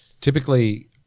typically